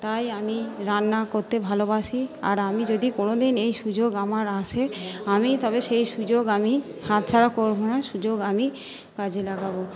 তাই আমি রান্না করতে ভালোবাসি আর আমি যদি কোনোদিন এই সুযোগ আমার আসে আমি তবে সেই সুযোগ আমি হাতছাড়া করবো না সুযোগ আমি কাজে লাগাবো